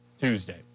Tuesday